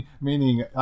meaning